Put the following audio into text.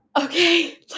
okay